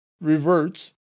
reverts